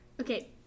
Okay